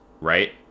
Right